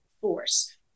force